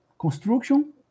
construction